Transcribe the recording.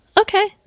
okay